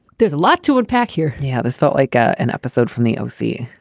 there's a lot to unpack here. you have this thought like ah an episode from the o c.